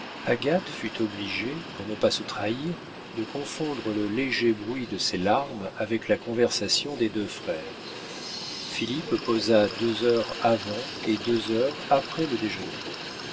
agathe fut obligée pour ne pas se trahir de confondre le léger bruit de ses larmes avec la conversation des deux frères philippe posa deux heures avant et deux heures après le déjeuner